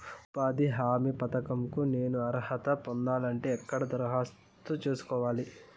ఉపాధి హామీ పథకం కు నేను అర్హత పొందాలంటే ఎక్కడ దరఖాస్తు సేసుకోవాలి?